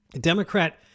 Democrat